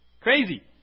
Crazy